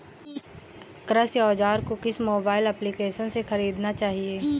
कृषि औज़ार को किस मोबाइल एप्पलीकेशन से ख़रीदना चाहिए?